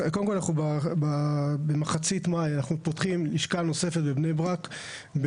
קודם כל במחצית מאי אנחנו פותחים לשכה נוספת בבני ברק,